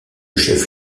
chef